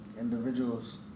Individuals